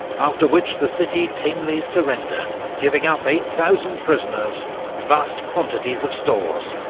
after which the city tamely surrendered, giving up eight thousand prisoners and vast quantities of stores.